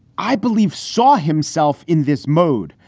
i believe, saw himself in this mode.